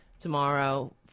Tomorrow